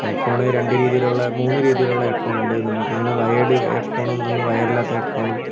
head phone രണ്ട് രീതിയിലുള്ള മൂന്ന് രീതിയിലുള്ള ഹെഡ് ഫോണ് ഉണ്ട് നമുക്ക് ഒന്ന് വയേർഡ് ഹെഡ് ഫോണും ഒന്ന് വയറില്ലാത്ത ഹെഡ് ഫോണും